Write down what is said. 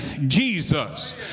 Jesus